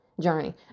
journey